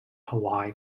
hawaii